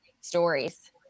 stories